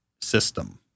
system